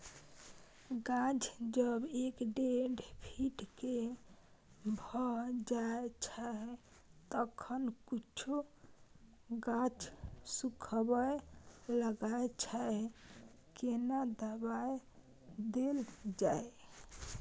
गाछ जब एक डेढ फीट के भ जायछै तखन कुछो गाछ सुखबय लागय छै केना दबाय देल जाय?